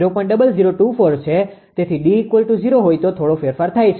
0024 છે તેથી D૦ હોય તો થોડો ફેરફાર થાય છે